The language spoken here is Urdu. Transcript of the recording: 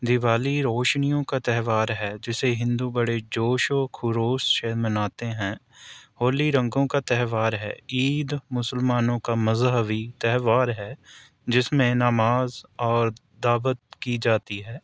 دیوالی روشنیوں کا تہوار ہے جسے ہندو بڑے جوش و خروش سے مناتے ہیں ہولی رنگوں کا تہوار ہے عید مسلمانوں کا مذہبی تہوار ہے جس میں نماز اور دعوت کی جاتی ہے